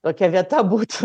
tokia vieta būtų